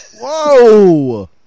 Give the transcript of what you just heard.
Whoa